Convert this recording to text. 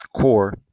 core